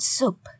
Soup